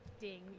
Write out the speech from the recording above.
ding